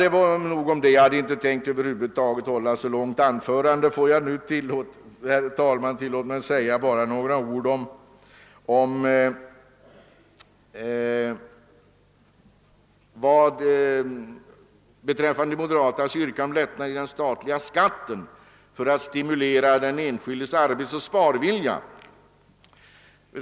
Det må vara nog sagt om detta. Jag hade inte tänkt att över huvud taget hålla ett så långt anförande. Men tillåt mig, herr talman, att bara säga några ord beträffande de moderatas yrkande om lättnader i den statliga beskattningen för att stimulera den enskildes arbetsoch sparvilja.